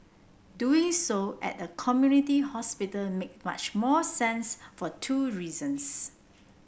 doing so at a community hospital make much more sense for two reasons